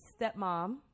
stepmom